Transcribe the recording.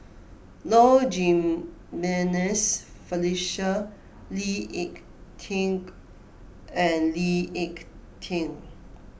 Low Jimenez Felicia Lee Ek Tieng and Lee Ek Tieng